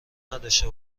نداشته